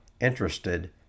interested